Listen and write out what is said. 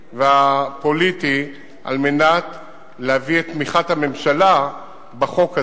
והפוליטי על מנת להביא את תמיכת הממשלה לחוק הזה.